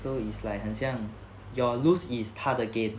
so is like 很像 your lose is 他的 gain